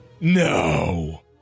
No